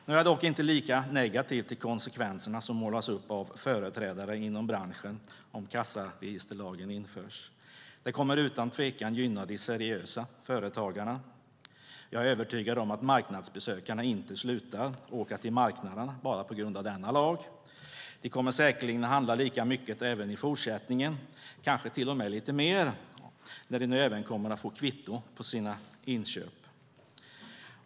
Nu är jag dock inte lika negativ till de konsekvenser som målas upp av företrädare inom branschen om kassaregisterlagen införs. Det kommer utan tvekan att gynna de seriösa företagarna. Jag är övertygad om att marknadsbesökarna inte slutar att åka till marknaderna bara på grund av denna lag. De kommer säkerligen att handla lika mycket även i fortsättningen, kanske till och med lite mer när de nu även kommer att få kvitto på sina inköp.